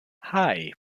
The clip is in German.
hei